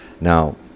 Now